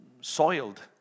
soiled